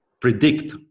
predict